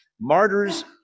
martyrs